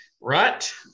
Right